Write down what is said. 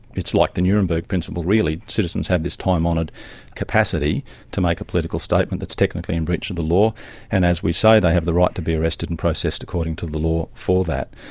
it's like the nuremberg principle really, citizens have this time-honoured capacity to make a political statement that's technically in breach of the law and, as we say, they have the right to be arrested and processed according to the law for that.